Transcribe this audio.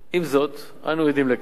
עם זאת אנו עדים לכך,